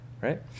Right